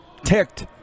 Ticked